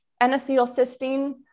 N-acetylcysteine